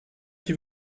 qui